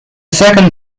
second